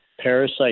Parasite